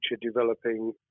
developing